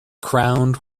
crowned